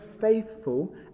faithful